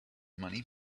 money